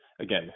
again